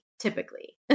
typically